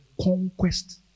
conquest